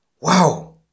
wow